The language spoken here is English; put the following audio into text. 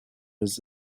his